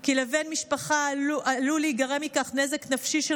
כי לבן משפחה עלול להיגרם נזק נפשי של